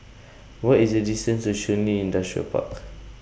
What IS The distance to Shun Li Industrial Park